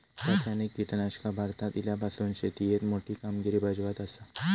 रासायनिक कीटकनाशका भारतात इल्यापासून शेतीएत मोठी कामगिरी बजावत आसा